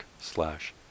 slash